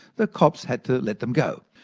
the cops had to let them go.